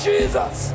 Jesus